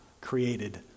created